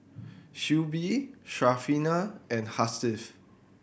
Shuib Syarafina and Hasif